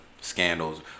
scandals